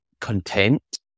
content